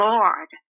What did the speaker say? Lord